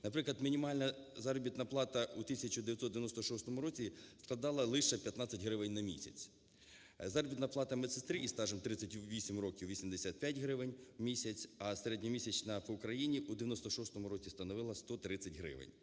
Наприклад, мінімальна заробітна плата у 1996 році складала лише 15 гривень на місяць, заробітна плата медсестри із стажем 38 років 85 гривень у місяць, а середньомісячна по Україні у 1996 році становила 130 гривень.